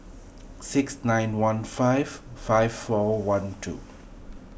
six nine one five five four one two